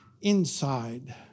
inside